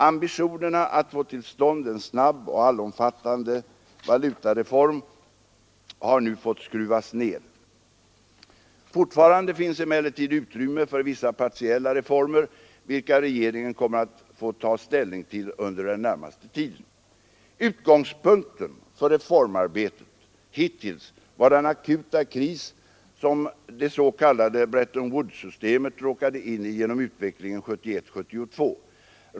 Ambitionerna att få till stånd en snabb och allomfattande valutareform har nu fått skruvas ned. Fortfarande finns emellertid utrymme för vissa partiella reformer, vilka regeringen kommer att få ta ställning till under den närmaste tiden. Utgångspunkten för reformarbetet hittills var den akuta kris som det s.k. Bretton Woods-systemet råkade in i genom utvecklingen 1971—1972.